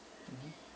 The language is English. mmhmm